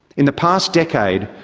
in the past decade,